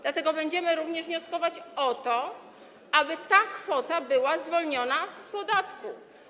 Dlatego będziemy również wnioskować o to, aby ta kwota była zwolniona z podatku.